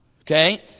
Okay